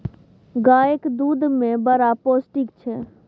गाएक दुध मे बड़ पौष्टिक छै